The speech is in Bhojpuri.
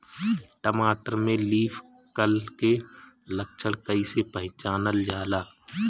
टमाटर में लीफ कल के लक्षण कइसे पहचानल जाला?